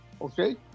Okay